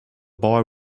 boy